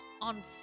on